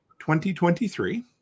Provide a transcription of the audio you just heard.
2023